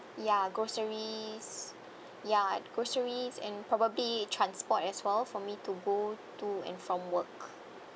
ya groceries ya groceries and probably transport as well for me to go to and from work